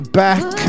back